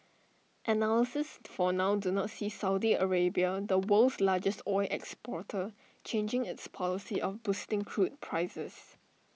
analysts for now do not see Saudi Arabia the world's largest oil exporter changing its policy of boosting crude prices